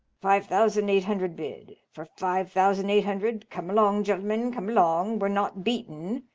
five thousand eight hundred bid. for five thousand eight hundred. come along, gen'lemen, come along. we're not beaten.